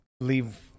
leave